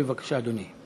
בבקשה, אדוני.